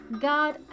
God